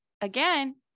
again